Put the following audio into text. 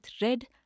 red